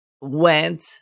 went